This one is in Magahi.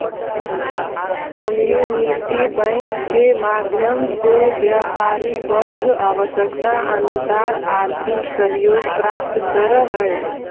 कम्युनिटी बैंक के माध्यम से व्यापारी वर्ग आवश्यकतानुसार आर्थिक सहयोग प्राप्त करऽ हइ